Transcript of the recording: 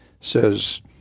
says